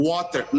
Water